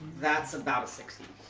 that's about six.